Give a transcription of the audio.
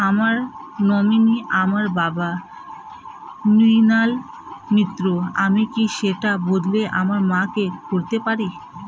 আমার নমিনি আমার বাবা, মৃণাল মিত্র, আমি কি সেটা বদলে আমার মা কে করতে পারি?